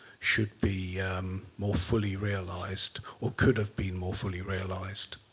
should be more fully realized, or could have been more fully realized?